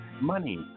money